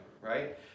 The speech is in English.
right